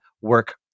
work